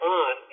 on